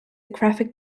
graphic